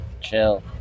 chill